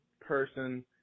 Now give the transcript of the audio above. person